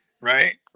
Right